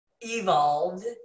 evolved